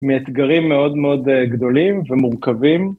מאתגרים מאוד מאוד גדולים ומורכבים.